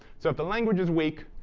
so if the language is weak,